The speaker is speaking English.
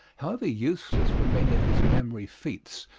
however useless were many of his memory feats,